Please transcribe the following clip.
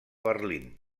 berlín